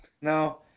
No